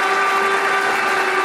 (מחיאות כפיים)